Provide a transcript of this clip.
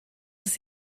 des